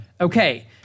Okay